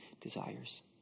desires